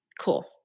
cool